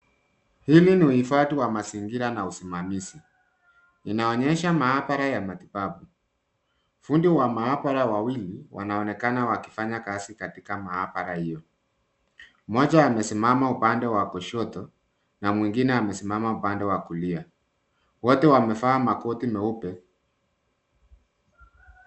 Hili ni uhifadhi wa mazingira na usimamazi. Inaonyesha maabara ya matibabu. Fundi wa maabara wawili wanaonekana wakifanya kazi katika maabara hiyo. Mmoja amesimama upande wa kushoto na mwingine amesimama upande wa kulia. Wote wamevaa makoti meupe.